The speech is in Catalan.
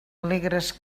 alegres